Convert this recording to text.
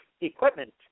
Equipment